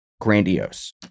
Grandiose